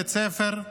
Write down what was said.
אתם בטח זוכרים אותה.